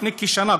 לפני כשנה,